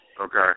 okay